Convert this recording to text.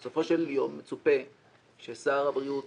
בסופו של יום מצופה ששר הבריאות